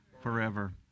forever